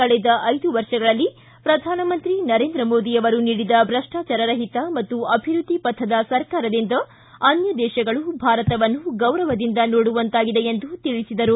ಕಳೆದ ಐದು ವರ್ಷಗಳಲ್ಲಿ ಪ್ರಧಾನಮಂತ್ರಿ ನರೇಂದ್ರ ಮೋದಿ ಅವರು ನೀಡಿದ ಭ್ರಷ್ಟಾಚಾರ ರಹಿತ ಮತ್ತು ಅಭಿವೃದ್ದಿ ಪಥದ ಸರ್ಕಾರದಿಂದ ಅನ್ಯ ದೇಶಗಳು ಭಾರತವನ್ನು ಗೌರವದಿಂದ ನೋಡುವಂತಾಗಿದೆ ಎಂದು ತಿಳಿಸಿದರು